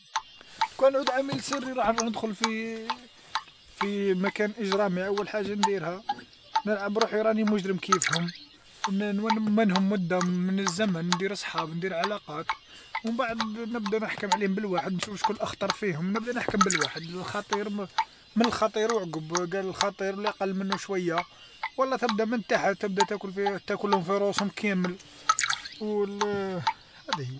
كون عاد عامل سري راح ندخل في في مكان إجرامي أول حاجة نديرها، نلعب بروحي راني مجرم كيفهم، منهم مدة من الزمن ندير اصحاب ندير علاقات، ومن بعد نبدا نحكم عليهم بالواحد نشوف شكون الأخطر فيهم نبدا نحكم بالواحد، الخطير م- من الخطير وعقب قال الخطير اللي قل منو شوية ولا تبدا من تحت تبدا تاكل في تاكلهم في روسهم كامل، أو هاذي هي.